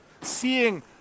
seeing